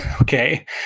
okay